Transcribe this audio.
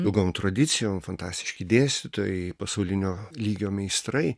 ilgom tradicijom fantastiški dėstytojai pasaulinio lygio meistrai